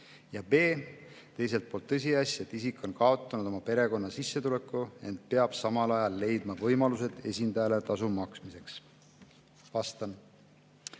ja (b) teiselt poolt tõsiasja, et isik on kaotanud oma perekonna sissetuleku, ent peab samal ajal leidma võimalused esindajale tasu maksmiseks?"